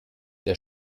der